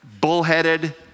bullheaded